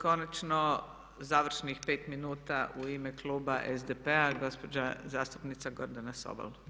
Konačno završnih 5 minuta u ime kluba SDP-a gospođa zastupnica Gordana Sobol.